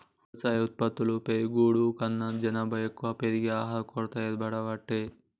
వ్యవసాయ ఉత్పత్తులు పెరుగుడు కన్నా జనాభా ఎక్కువ పెరిగి ఆహారం కొరత ఏర్పడబట్టే